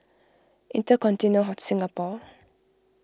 Intercontinental Singapore